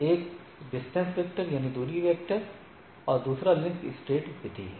एक distance vector है दूसरा लिंक स्टेट विधि है